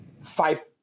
five